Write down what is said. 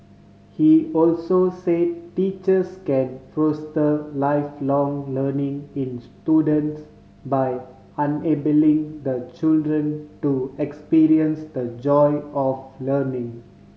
he also say teachers can foster Lifelong Learning in students by enabling the children to experience the joy of learning